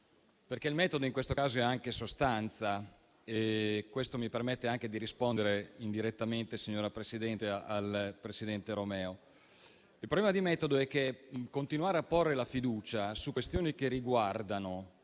Il metodo in questo caso è anche sostanza e questo mi permette anche di rispondere indirettamente, signora Presidente, al presidente Romeo. Il problema di metodo è che continuare a porre fiducie su fiducie su questioni che riguardano